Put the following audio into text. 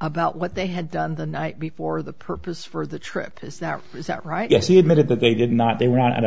about what they had done the night before the purpose for the trip is that is that right yes he admitted that they did not they were not a